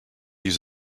use